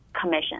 commission